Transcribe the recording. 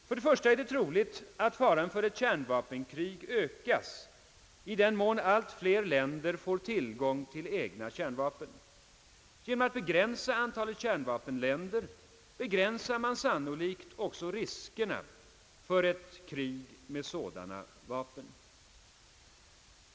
För det första är det troligt att faran för ett kärnvapenkrig ökas i den mån allt fler länder Ang. Sveriges utrikespolitik får tillgång till egna kärnvåpen. Genom att begränsa antalet kärnvapenländer begränsar man sannolikt också risken för ett krig med sådana vapen.